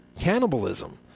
Cannibalism